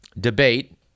debate